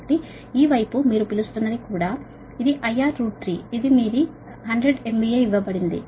కాబట్టి ఈ వైపు మీరు పిలుస్తున్నది కూడా ఇది IR 3 ఇది మీ 100 MVA గా ఇవ్వబడింది